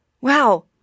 Wow